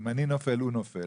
אם אני נופל הוא נופל,